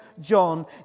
John